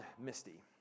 Misty